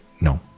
no